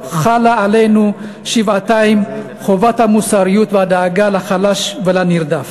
חלה עלינו שבעתיים חובת המוסריות והדאגה לחלש ולנרדף.